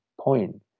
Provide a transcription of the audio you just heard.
point